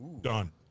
Done